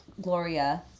gloria